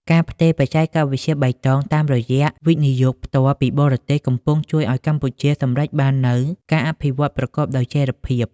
ការផ្ទេរបច្ចេកវិទ្យាបៃតង តាមរយៈ វិនិយោគផ្ទាល់ពីបរទេស កំពុងជួយឱ្យកម្ពុជាសម្រេចបាននូវការអភិវឌ្ឍប្រកបដោយចីរភាព។